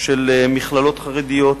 של מכללות חרדיות,